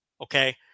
Okay